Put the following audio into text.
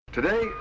Today